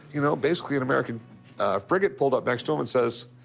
you know, basically, an american frigate pulled up next to them and says,